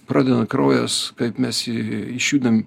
pradedant kraujas kaip mes jį išjudinam